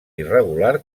irregular